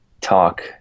talk